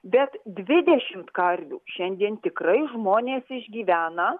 bet dvidešimt karvių šiandien tikrai žmonės išgyvena